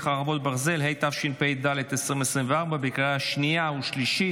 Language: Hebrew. התשפ"ד 2024, לקריאה שנייה ושלישית.